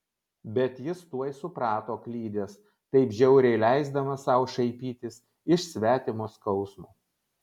bet jis tuoj suprato klydęs taip žiauriai leisdamas sau šaipytis iš svetimo skausmo